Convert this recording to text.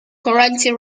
currently